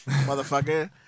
motherfucker